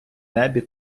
небі